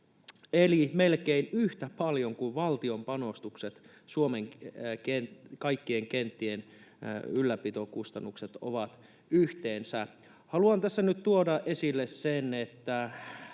eli melkein yhtä paljon kuin valtion panostukset Suomen kaikkien kenttien ylläpitokustannuksiin ovat yhteensä. Haluan tässä nyt tuoda esille, että